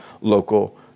local